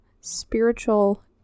spiritual